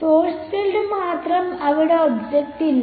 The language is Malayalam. സോഴ്സ് ഫീൽഡ് മാത്രം അവിടെ ഒബ്ജക്റ്റ് ഇല്ല